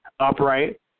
upright